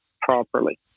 properly